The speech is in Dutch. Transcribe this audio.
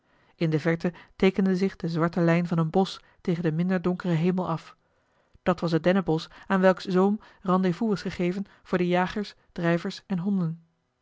in de verte teekende zich de zwarte lijn van een bosch tegen den minder donkeren hemel af dat was het dennenbosch aan welks zoom rendezvous was gegeven voor de jagers drijvers en honden